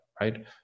right